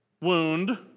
wound